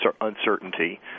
uncertainty